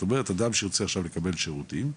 אדם שרוצה עכשיו לקבל שירותים,